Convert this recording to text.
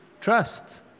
trust